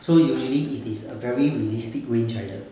so usually it is a very realistic range 来的